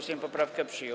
Sejm poprawkę przyjął.